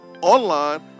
online